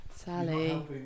Sally